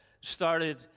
started